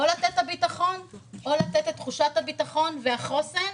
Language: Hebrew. או לתת את הביטחון או לתת את תחושת הביטחון והחוסן.